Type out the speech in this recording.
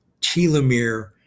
telomere